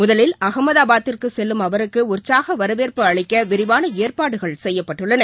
முதலில் அகமதாபாத்திற்கு செல்லும் அவருக்கு உற்சாக வரவேற்பு அளிக்க விரிவான ஏற்பாடுகள் செய்யப்பட்டுள்ளன